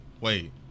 wait